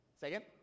second